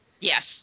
Yes